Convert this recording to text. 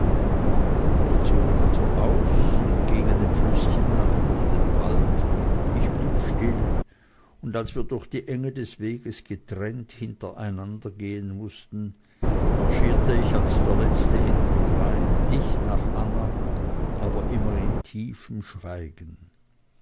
wir zogen also aus und gingen dem flüßchen nach durch den wald ich blieb still und als wir durch die enge des weges getrennt hintereinander gehen mußten marschierte ich als der letzte hintendrein dicht nach anna aber immer in tiefem schweigen